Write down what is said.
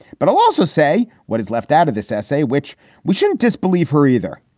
but i'll also say what is left out of this essay, which we shouldn't disbelieve her either.